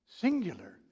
Singular